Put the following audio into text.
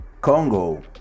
Congo